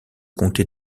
comté